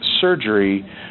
surgery